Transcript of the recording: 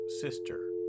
sister